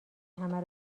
همه